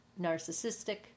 narcissistic